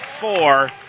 four